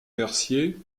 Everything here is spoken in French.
mercier